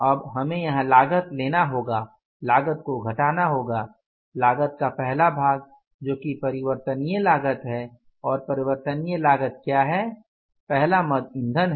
अब हमें यहां लागत लेना होगा लागत को घटाना होगा लागत का पहला भाग जो कि परिवर्तनीय लागत है और परिवर्तनीय लागत क्या है पहला मद ईंधन है